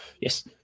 Yes